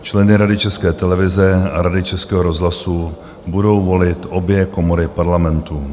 Členy Rady České televize a Rady Českého rozhlasu budou volit obě komory Parlamentu.